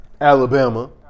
Alabama